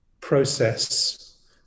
process